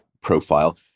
profile